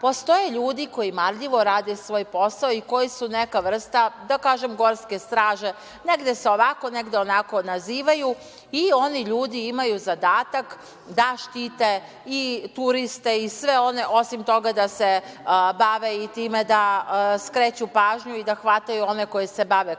postoje ljudi koji marljivo rade svoj posao i koji su neka vrsta, da kažem, gorske straše, negde se ovako, negde onako nazivaju i oni ljudi imaju zadatak da štite i turiste i sve one, osim toga da se bave i time da skreću pažnju i da hvataju one koji se bave